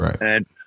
Right